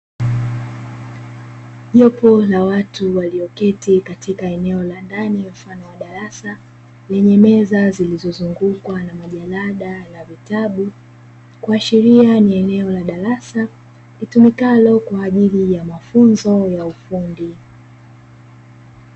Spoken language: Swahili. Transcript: Jopo la watu walioketi katika eneo la ndani mfano wa darasa, lenye meza zilizozungukwa na majalada na vitabu, kuashiria ni eneo la darasa litumikalo kwa ajili ya mafunzo ya ufundi.